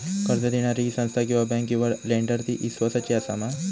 कर्ज दिणारी ही संस्था किवा बँक किवा लेंडर ती इस्वासाची आसा मा?